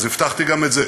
אז הבטחתי גם את זה.